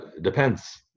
Depends